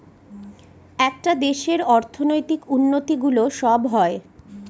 একটা দেশের অর্থনৈতিক উন্নতি গুলো সব হয়